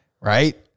Right